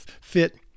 fit